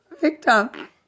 victim